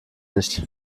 nicht